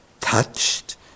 touched